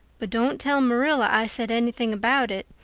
but don't tell marilla i said anything about it.